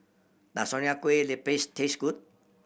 does Nonya Kueh Lapis taste good